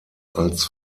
als